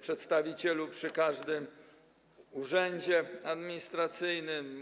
przedstawicielu przy każdym urzędzie administracyjnym.